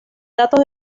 datos